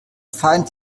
feind